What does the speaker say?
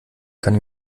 kann